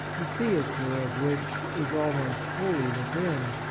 the theatre of which is almost wholly within,